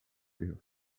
you